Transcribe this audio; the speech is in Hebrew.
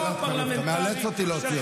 מה שאתה עושה זה רק לצווח.